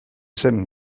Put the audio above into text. zen